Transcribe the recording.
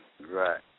Right